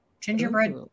gingerbread